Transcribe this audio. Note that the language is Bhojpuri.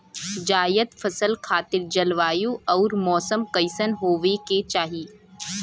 जायद फसल खातिर जलवायु अउर मौसम कइसन होवे के चाही?